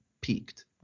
peaked